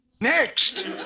next